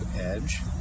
edge